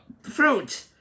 fruit